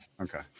Okay